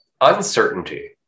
uncertainty